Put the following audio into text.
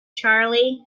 charley